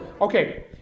Okay